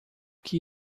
que